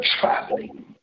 traveling